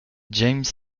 james